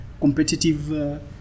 competitive